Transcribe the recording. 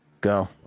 Go